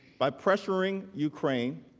by pressuring ukraine